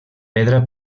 pedra